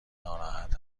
ناراحت